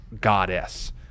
goddess